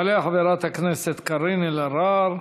תעלה חברת הכנסת קארין אלהרר,